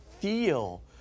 feel